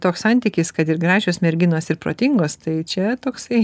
toks santykis kad ir gražios merginos ir protingos tai čia toksai